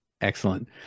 Excellent